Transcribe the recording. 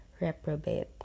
Reprobate